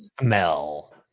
smell